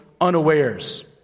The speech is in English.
unawares